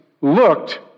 looked